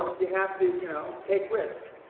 you have to you know take risk.